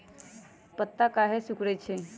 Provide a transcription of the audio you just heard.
पत्ता काहे सिकुड़े छई?